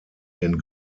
den